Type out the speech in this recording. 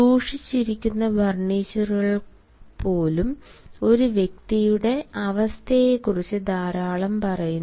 സൂക്ഷിച്ചിരിക്കുന്ന ഫർണിച്ചറുകൾപോലും ഒരു വ്യക്തിയുടെ അവസ്ഥയെക്കുറിച്ച് ധാരാളം പറയുന്നു